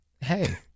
Hey